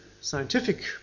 scientific